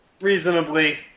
Reasonably